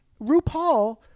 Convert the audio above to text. RuPaul